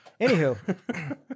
Anywho